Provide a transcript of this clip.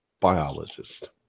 biologist